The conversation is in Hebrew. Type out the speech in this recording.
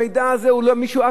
אף אחד לא היה קונה,